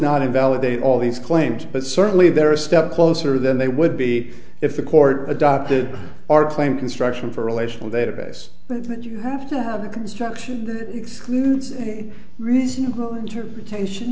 not invalidate all these claims but certainly they're a step closer than they would be if the court adopted our claim construction for a relational database but that you have to have the construction excludes a reasonable interpretation